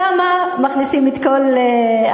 שם מכניסים את כל האפליה,